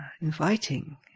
Inviting